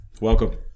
Welcome